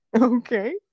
Okay